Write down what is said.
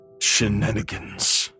Shenanigans